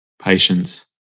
patience